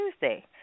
Tuesday